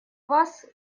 вас